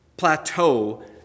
Plateau